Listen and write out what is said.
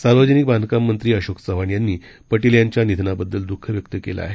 सार्वजनिक बांधकाम मंत्री अशोक चव्हाण यांनी पटेल यांच्या निधनाबद्दल दुःख व्यक्त केलं आहे